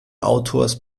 autors